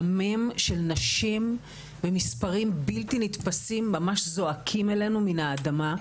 דמים של נשים במספרים בלתי נתפסים ממש זועקים אלינו מן האדמה.